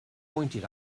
pointed